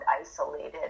isolated